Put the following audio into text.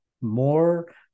more